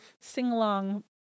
sing-along